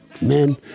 man